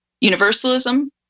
universalism